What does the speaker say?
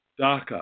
DACA